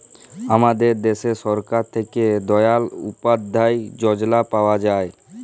আমাদের দ্যাশে সরকার থ্যাকে দয়াল উপাদ্ধায় যজলা পাওয়া যায়